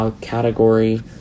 category